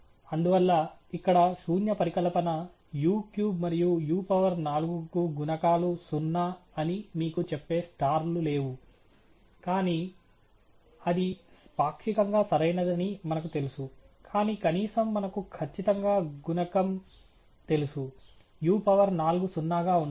అందువల్ల ఇక్కడ శూన్య పరికల్పన u క్యూబ్ మరియు u పవర్ నాలుగుకు గుణకాలు సున్నా అని మీకు చెప్పే స్టార్ లు లేవు కానీ అది పాక్షికంగా సరైనదని మనకు తెలుసు కానీ కనీసం మనకు ఖచ్చితంగా గుణకం తెలుసు u పవర్ నాలుగు సున్నాగా ఉండాలి